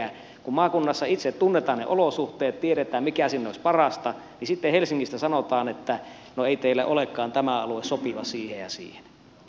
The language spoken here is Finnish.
kun maakunnassa itse tunnetaan ne olosuhteet tiedetään mikä sinne olisi parasta niin sitten helsingistä sanotaan että no ei teillä olekaan tämä alue sopiva siihen ja siihen